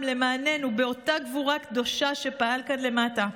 למעננו באותה גבורה קדושה שפעל כאן למטה.